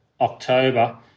October